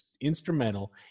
instrumental